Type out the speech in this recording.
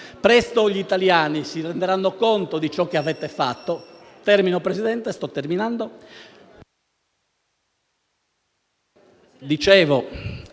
Presto gli italiani si renderanno conto di ciò che avete fatto